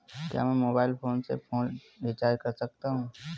क्या मैं mobile phone से फोन रिचार्ज कर सकता हूं?